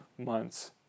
months